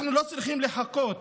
אנחנו לא צריכים לחכות